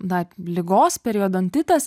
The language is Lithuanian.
na ligos periodontitas